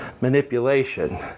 manipulation